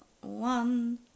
One